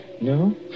No